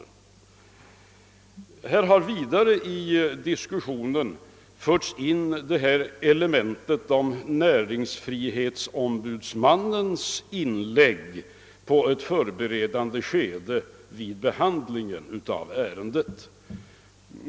Som ett ytterligare element i diskussionen har förts in näringsfrihetsombudsmannens inlägg i ett förberedande skede av ärendets behandling.